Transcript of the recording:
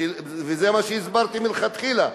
וזה מה שהסברתי מלכתחילה.